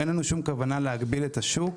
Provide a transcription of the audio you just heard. אין לנו שום כוונה להגביל את השוק,